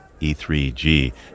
E3G